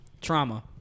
trauma